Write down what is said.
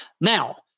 Now